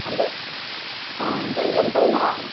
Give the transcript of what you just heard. అంటే అంటే ఎంతైనా